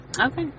Okay